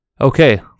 Okay